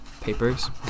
papers